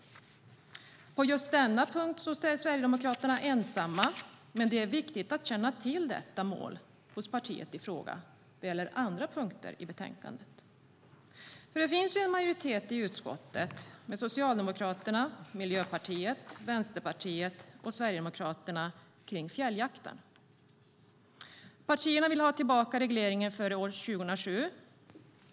På just denna punkt står Sverigedemokraterna ensamt, men det är viktigt att känna till detta mål hos partiet i fråga när det gäller andra punkter i betänkandet. Det finns en majoritet i utskottet med Socialdemokraterna, Miljöpartiet, Vänsterpartiet och Sverigedemokraterna i fråga om fjälljakten. Partierna vill ha tillbaka regleringen från tiden före år 2007.